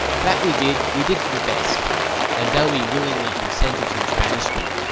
that we did, we did for the best and though we willingly consented to his banishment,